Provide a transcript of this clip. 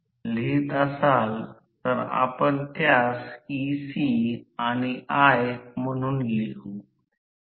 आता रोटर ला आता स्थिर ठेवू द्या जी फिरण्यापासून अवरोधित आहे